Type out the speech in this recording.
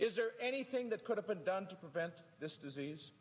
is there anything that could have been done to prevent this disease